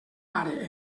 pare